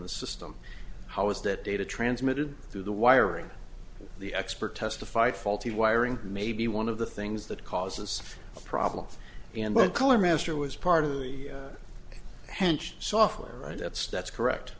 the system how is that data transmitted through the wiring the expert testified faulty wiring may be one of the things that causes a problem in the color master was part of the hench software right at stats correct